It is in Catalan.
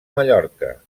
mallorca